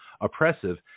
oppressive